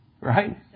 Right